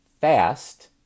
fast